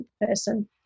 person